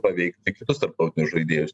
paveikti kitus tarptautinius žaidėjus